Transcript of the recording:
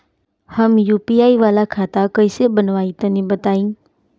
हम यू.पी.आई वाला खाता कइसे बनवाई तनि बताई?